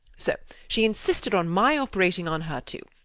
so she insisted on my operating on her, too.